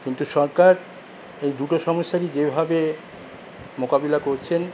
কিন্তু সরকার এই দুটো সমস্যারই যেভাবে মোকাবিলা করছেন